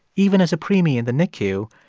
even as a preemie in the nicu,